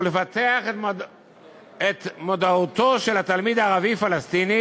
ולפתח את מודעותו של התלמיד הערבי-פלסטיני